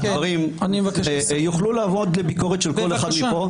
הדברים יוכלו לעמוד לביקורת של כל אחד מפה.